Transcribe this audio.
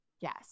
yes